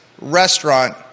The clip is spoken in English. restaurant